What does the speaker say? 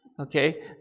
Okay